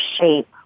shape